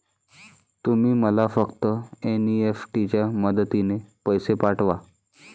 तुम्ही मला फक्त एन.ई.एफ.टी च्या मदतीने पैसे पाठवा